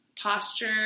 posture